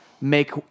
make